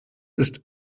ist